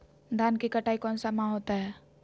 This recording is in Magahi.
धान की कटाई कौन सा माह होता है?